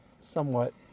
somewhat